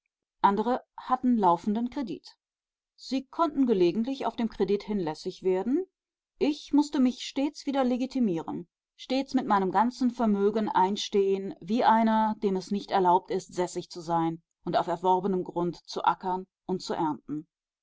andere hatten laufenden kredit sie konnten gelegentlich auf den kredit hin lässig werden ich mußte mich stets wieder legitimieren stets mit meinem ganzen vermögen einstehen wie einer dem es nicht erlaubt ist sässig zu sein und auf erworbenem grund zu ackern und zu ernten